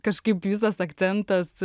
kažkaip visas akcentas